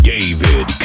David